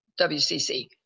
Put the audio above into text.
WCC